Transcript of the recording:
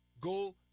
Go